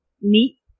meat